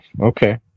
Okay